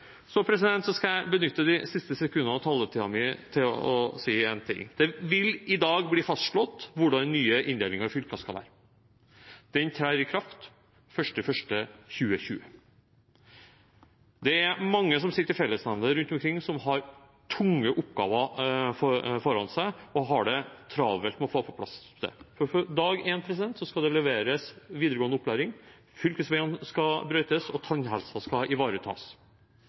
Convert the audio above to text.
skal benytte de siste sekundene av taletiden min til å si en ting. Det vil i dag bli fastslått hvordan den nye inndelingen i fylker skal være. Den trer i kraft den 1. januar 2020. Det er mange som sitter i fellesnemndene rundt omkring som har tunge oppgaver foran seg og har det travelt med å få det på plass, for fra dag én skal det leveres videregående opplæring, fylkesveiene skal brøytes, og tannhelsen skal ivaretas.